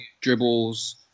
dribbles